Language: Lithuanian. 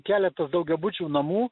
keletas daugiabučių namų